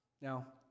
Now